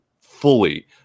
fully